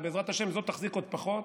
ובעזרת השם זאת תחזיק עוד פחות,